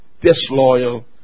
disloyal